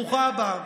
ברוכה הבאה.